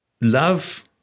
love